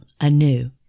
anew